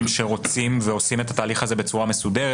שרוצים ועושים את התהליך הזה בצורה מסודרת.